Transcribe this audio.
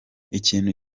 ikintu